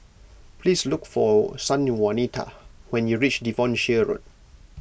please look for Sanjuanita when you reach Devonshire Road